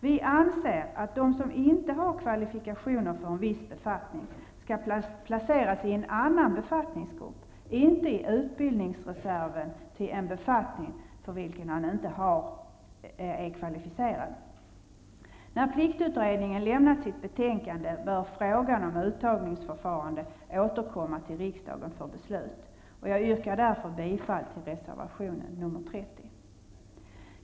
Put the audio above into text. Vi anser att den som inte har kvalifikationer för en viss befattning skall placeras i en annan befattningsgrupp, inte i utbildningsreserven till en befattning för vilken han inte är kvalificerad. När pliktutredningen lämnat sitt betänkande bör frågan om uttagningsförfarande återkomma till riksdagen för beslut. Jag yrkar därför bifall till reservationen nr 30.